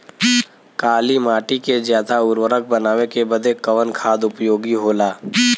काली माटी के ज्यादा उर्वरक बनावे के बदे कवन खाद उपयोगी होला?